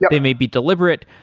they may be deliberate,